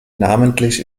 namentlich